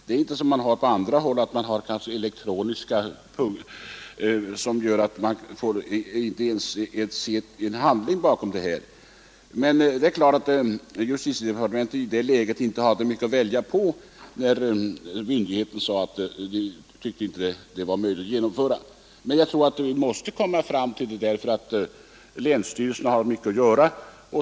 Det hade inte varit som på andra håll, där det bara finns elektroniska impulser. Justitiedepartementet hade emellertid inte mycket att välja på när den övervakande myndigheten inte ansåg det möjligt att genomföra förslaget. Vi måste dock säkerligen s; ingom få fram en maskinell bearbetning. Länsstyrelserna har mycket att göra.